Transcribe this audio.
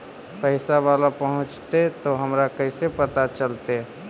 पैसा बाला पहूंचतै तौ हमरा कैसे पता चलतै?